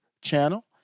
channel